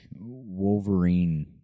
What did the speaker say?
Wolverine